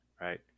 right